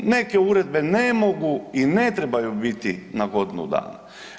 Neke uredbe ne mogu i ne trebaju biti na godinu dana.